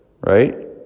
right